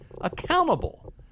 accountable